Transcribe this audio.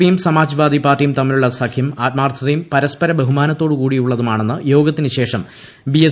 പിയും സമാജ്വാദി പാർട്ടിയും തമ്മിലുള്ള സഖ്യം ആത്മാർത്ഥതയും പ്ർസ്പര ബഹുമാനത്തോടു കൂടിയുള്ളതുമാണെന്ന് യോഗത്തിന് ശേഷം ബിഎസ്